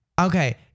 Okay